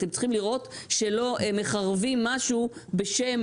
אתם צריכים לראות שלא מחרבים משהו בשם